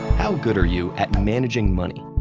how good are you at managing money?